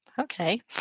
Okay